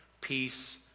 peace